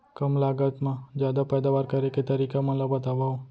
कम लागत मा जादा पैदावार करे के तरीका मन ला बतावव?